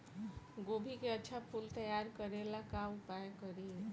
गोभी के अच्छा फूल तैयार करे ला का उपाय करी?